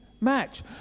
match